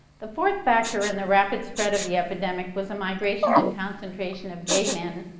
the fourth factor in the rapid spread of the epidemic was the migration and concentration of gay men